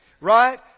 right